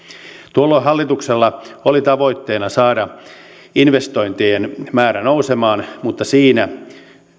tuolloin hallituksella oli tavoitteena saada investointien määrä nousemaan mutta siinä